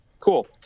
Cool